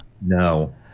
No